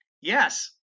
Yes